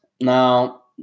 Now